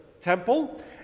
temple